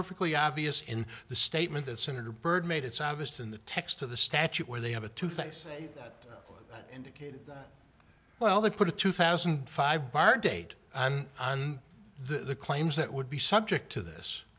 perfectly obvious in the statement that senator byrd made it's obvious in the text of the statute where they have a tooth i say that indicated that well they put a two thousand five bar date on the claims that would be subject to this